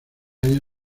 año